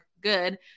good